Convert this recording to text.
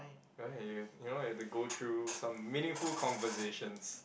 right you have you know you have to go through some meaningful conversations